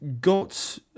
got